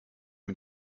mit